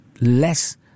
less